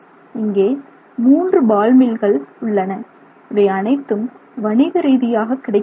இங்கே 3 பால் மில்கள் உள்ளன இவை அனைத்தும் வணிக ரீதியாக கிடைக்கின்றன